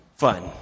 Fun